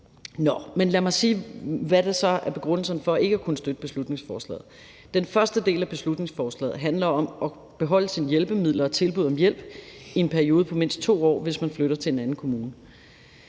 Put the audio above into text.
lad mig sige, hvad der så er begrundelserne for ikke at kunne støtte beslutningsforslaget. Den første del af beslutningsforslaget handler om at beholde sine hjælpemidler og tilbud om hjælp i en periode på mindst 2 år, hvis man flytter til en anden kommune.